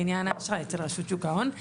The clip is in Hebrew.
לעניין האשראי אצל רשות שוק ההון,